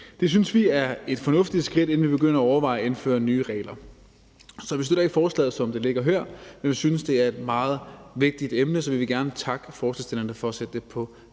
Det synes vi er et fornuftigt skridt, inden vi begynder at overveje at indføre nye regler. Så vi støtter ikke forslaget, som det ligger her, men vi synes, det er et meget vigtigt emne, så vi vil gerne takke forslagsstillerne for at sætte det på